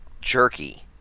jerky